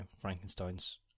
Frankenstein's